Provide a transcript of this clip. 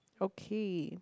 okay